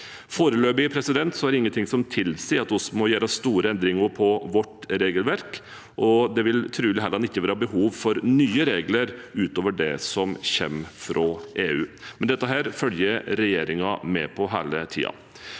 Foreløpig er det ikke noe som tilsier at vi må gjøre store endringer i vårt regelverk. Det vil trolig heller ikke være behov for nye regler utover det som kommer fra EU. Men dette følger regjeringen med på hele tiden.